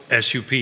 SUP